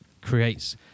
creates